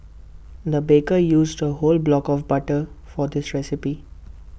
the baker used A whole block of butter for this recipe